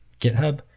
GitHub